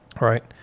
right